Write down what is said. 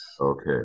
Okay